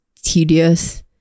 tedious